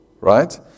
Right